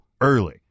early